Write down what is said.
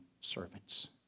servants